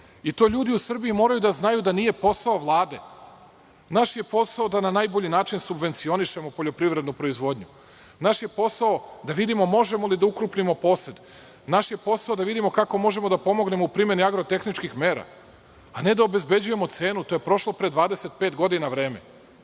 i to ljudi u Srbiji moraju da znaju da nije posao Vlade. Naš je posao da na najbolji način subvencionišemo poljoprivrednu proizvodnju, naš je posao da vidimo možemo li da ukrupnimo posed, naš je posao da vidimo kako možemo da pomognemo u primeni agrotehničkih mera, a ne da obezbeđujemo cenu, jer to je prošlo pre 25 godina, vreme. Da